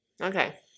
Okay